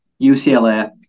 UCLA